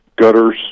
gutters